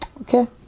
okay